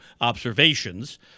observations